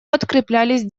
подкреплялись